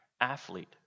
athlete